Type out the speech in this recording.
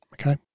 okay